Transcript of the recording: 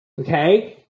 okay